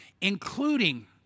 including